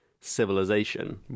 civilization